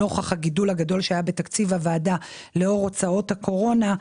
נוכח הגידול הגדול שהיה בתקציב הוועדה לאור הוצאות הקורונה,